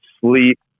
sleep